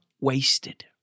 wasted